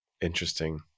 interesting